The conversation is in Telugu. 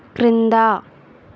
క్రింద